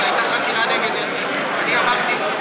כשהייתה חקירה נגד הרצוג אני אמרתי,